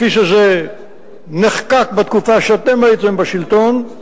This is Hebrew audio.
כפי שזה נחקק בתקופה שאתם הייתם בשלטון,